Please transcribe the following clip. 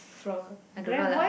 for I don't know lah